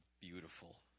beautiful